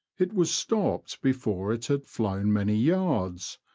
it was stopped before it had flown many yards,